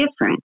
different